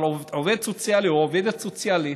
אבל עובד סוציאלי או עובדת סוציאלית,